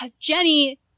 Jenny